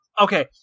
Okay